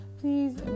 please